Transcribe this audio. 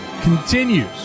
continues